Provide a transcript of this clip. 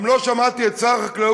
גם לא שמעתי את שר החקלאות